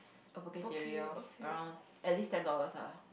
a Poke-Theory loh around at least ten dollars ah